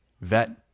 vet